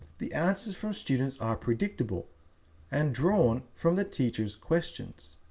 the answers from students are predictable and drawn from the teacher's questions.